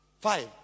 Five